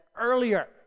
earlier